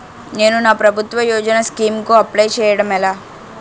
నేను నా ప్రభుత్వ యోజన స్కీం కు అప్లై చేయడం ఎలా?